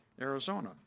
Arizona